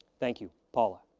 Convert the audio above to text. thank you, paula.